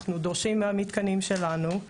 אנחנו דורשים מהמתקנים שלנו,